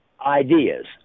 ideas